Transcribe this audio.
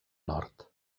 nord